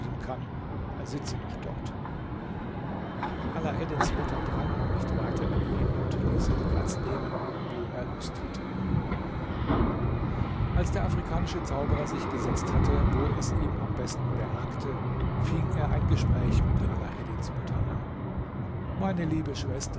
kann er sitze noch dort alaeddins mutter drang nun nicht weiter in ihn und ließ ihn platz nehmen wo er lust hatte als der afrikanische zauberer sich da gesetzt hatte wo es ihm am besten behagte fing er ein gespräch mit alaeddins mutter an meine liebe schwester